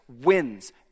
wins